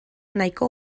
nahiko